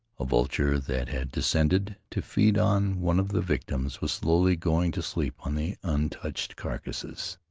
a vulture that had descended to feed on one of the victims was slowly going to sleep on the untouched carcass.